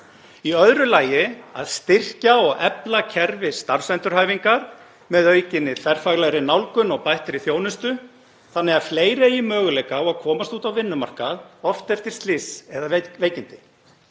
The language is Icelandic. Í öðru lagi að styrkja og efla kerfi starfsendurhæfingar með aukinni þverfaglegri nálgun og bættri þjónustu þannig að fleiri eigi möguleika á að komast út á vinnumarkað, oft eftir slys eða veikindi.